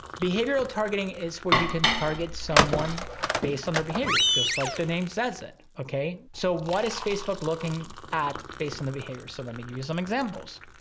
behavioral targeting is where you can target someone based on their behaviors, just like the name says it, okay? so what is facebook looking at based on the behavior? so let me give you some examples.